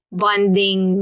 bonding